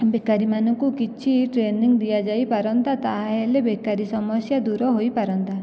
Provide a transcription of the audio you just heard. ବେକାରୀମାନଙ୍କୁ କିଛି ଟ୍ରେନିଂ ଦିଆଯାଇ ପାରନ୍ତା ତାହେଲେ ବେକାରୀ ସମସ୍ୟା ଦୁର ହୋଇପାରନ୍ତା